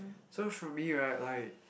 so for me right like